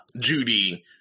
Judy